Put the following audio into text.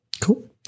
Cool